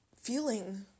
feeling